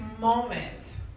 moment